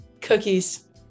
Cookies